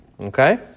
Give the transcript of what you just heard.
Okay